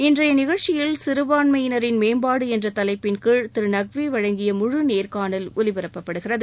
இன்றைய நிகழ்ச்சியில் சிறுபான்மையினரின் மேம்பாடு என்ற தலைட்பின்கீழ் திரு நக்வி வழங்கிய முழுநேர்காணல் ஒலிபரப்பப்படுகிறது